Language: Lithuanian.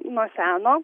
nuo seno